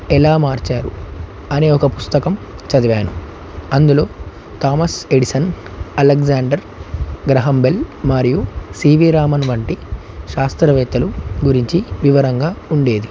ఎలా మార్చారు అనే ఒక పుస్తకం చదివాను అందులో థామస్ ఎడిసన్ అలగ్జాండర్ గ్రహంబెల్ మరియు సీవీ రామన్ వంటి శాస్త్రవేత్తలు గురించి వివరంగా ఉండేది